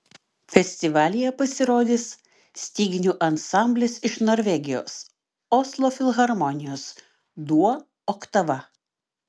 festivalyje pasirodys styginių ansamblis iš norvegijos oslo filharmonijos duo oktava